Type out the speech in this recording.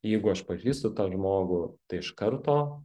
jeigu aš pažįstu tą žmogų tai iš karto